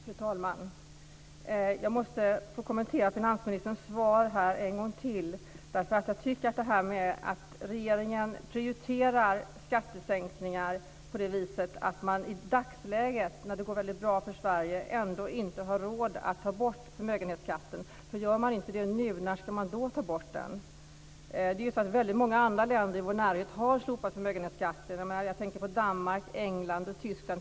Fru talman! Jag måste få kommentera finansministerns svar en gång till, därför att jag tycker att detta med att regeringen prioriterar skattesänkningar på det viset att den i dagsläget när det går väldigt bra för Sverige ändå inte har råd att ta bort förmögenhetsskatten. Om man inte gör det nu, när ska man då ta bort den? Väldigt många andra länder i vår närhet har slopat förmögenhetsskatten. Jag tänker på t.ex. Danmark, England och Tyskland.